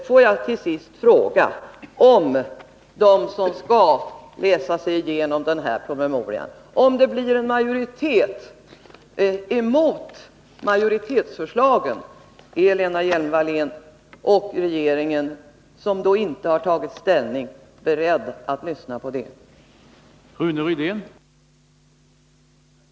Får jag till sist fråga: Om det bland dem som skall läsa igenom den här promemorian blir en majoritet emot majoritetsförslagen, är Lena Hjelm Wallén och regeringen, som då inte har tagit ställning, beredda att lyssna på den majoriteten?